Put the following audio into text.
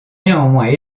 néanmoins